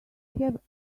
have